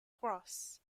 gross